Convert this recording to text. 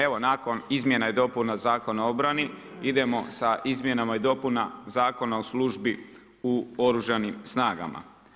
Evo nakon izmjena i dopuna Zakona o obrani idemo sa izmjenama i dopuna Zakona o službi u Oružanim snagama.